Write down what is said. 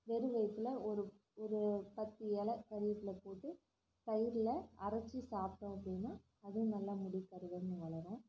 வெறும் வயித்தில் ஒரு ஒரு பத்து இல கருவேப்பிலை போட்டு தயிர்ல அரைச்சி சாப்பிட்டோம் அப்படின்னா அதுவும் நல்லா முடி கருகருன்னு வளரும்